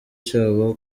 cyabo